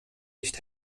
nicht